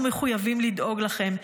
אנחנו מחויבים לדאוג לכם.